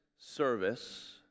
service